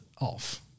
off